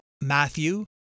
Matthew